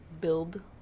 build